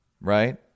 right